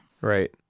right